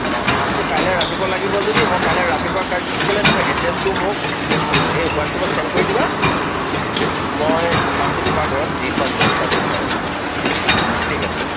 অঁ মাছটো কাইলৈ ৰাতিপুৱা লাগিব যদি মই কাইলৈ ৰাতিপুৱা কাটি পেলাই তুমি এড্ৰেছটো মোক এই হোৱাটচএপত ছেণ্ড কৰি দিবা মই মাছটো তোমাৰ ঘৰত দি থোৱাৰ ব্যৱস্থা কৰিম বাৰু ঠিক আছে